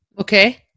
Okay